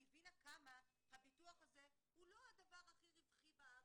היא הבינה כמה הביטוח הזה הוא לא הדבר הכי רווחי בארץ,